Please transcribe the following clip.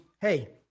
hey